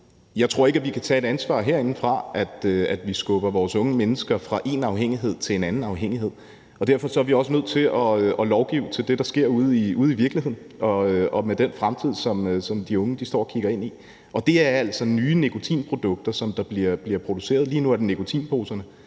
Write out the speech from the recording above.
jeg tror ikke, at vi herindefra kan tage ansvar for, at vi skubber vores unge mennesker fra en afhængighed til en anden afhængighed. Derfor er vi også nødt til at lovgive i forhold til det, der sker ude i virkeligheden, og i forhold til den fremtid, som de unge står og kigger ind i. Det handler altså om nye nikotinprodukter, som bliver produceret. Lige nu er det nikotinposer,